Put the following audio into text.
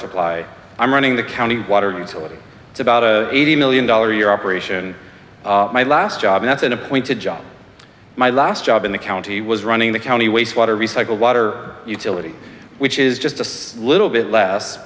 supply i'm running the county water utility it's about eighty million dollars a year operation my last job that's an appointed job my last job in the county was running the county waste water recycle water utility which is just a little bit less